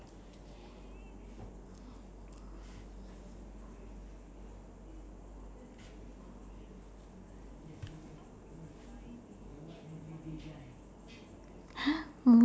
!huh!